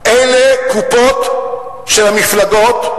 אלה קופות של המפלגות,